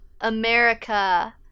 America